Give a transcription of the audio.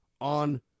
on